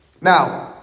Now